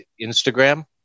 Instagram